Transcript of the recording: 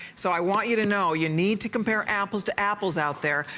so i want you to know you need to compare apples to apples out there.